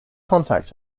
contact